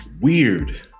weird